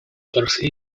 torsji